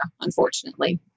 Unfortunately